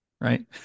right